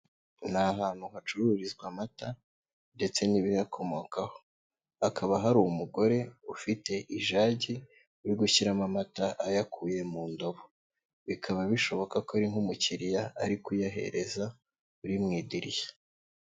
Ni ahantu hacururizwa amata ndetse n'ibiyakomokaho, hakaba hari umugore ufite ijagi uri gushyiramo amata ayakuye mu ndobo, bikaba bishoboka ko ari nk'umukiriya ari kuyahereza uri mu idirishya.